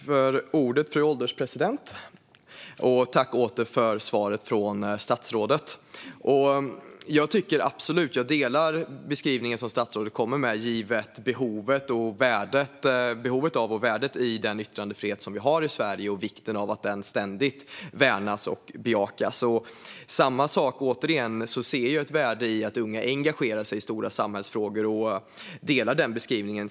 Fru ålderspresident! Tack, återigen, för svaret från statsrådet! Jag delar absolut statsrådets beskrivning när det gäller behovet av och värdet i den yttrandefrihet vi har i Sverige och vikten av att den ständigt värnas och bejakas. Jag ser också ett värde i att unga engagerar sig i stora samhällsfrågor och håller med om den beskrivningen.